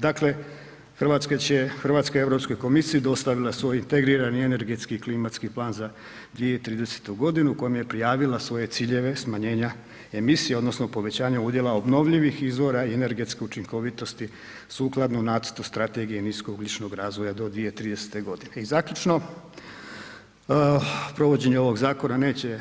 Dakle, Hrvatska će, Hrvatska je EU komisiji dostavila svoj integrirani energetski i klimatski plan za 2030. g. u kojem je prijavila svoje ciljeve smanjenja emisije odnosno povećanje udjela obnovljivih izvora energetske učinkovitosti sukladno nacrtu strategije niskougljičnog razvoja do 2030. g. I zaključno, provođenje ovog zakona neće